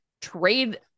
trade